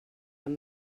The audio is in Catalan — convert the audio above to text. amb